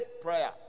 prayer